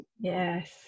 Yes